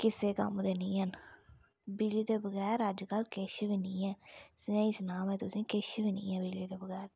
किसे कम्म दे नेईं हैन बिजली दे बगैर अज्जकल किश बी नेईं ऐ स्हेई सनां मै तुसेंगी किश बी नी ऐ बिजली दे बगैर